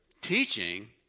teaching